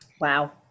Wow